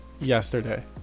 yesterday